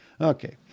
Okay